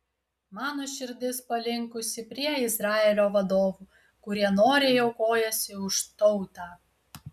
mano širdis palinkusi prie izraelio vadovų kurie noriai aukojasi už tautą